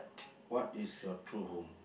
what is a true home